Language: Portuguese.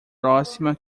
próxima